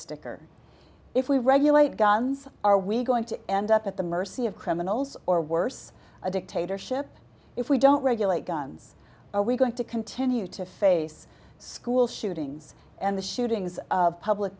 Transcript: sticker if we regulate guns are we going to end up at the mercy of criminals or worse a dictatorship if we don't regulate guns are we going to continue to face school shootings and the shootings of public